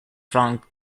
frank